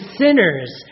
sinners